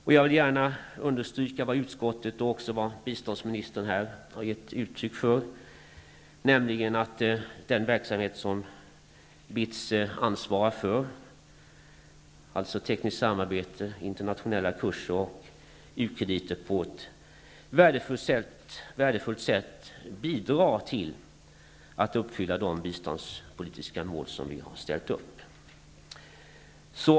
Jag vill också gärna understryka vad utskottet, och även biståndsministern, har givit uttryck för, nämligen att den verksamhet som BITS ansvarar för, dvs. tekniskt samarbete, internationella kurser och u-krediter, på ett värdefullt sätt bidrar till att uppfylla de biståndspolitiska mål som vi har ställt upp.